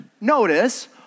Notice